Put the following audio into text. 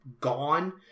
gone